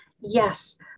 yes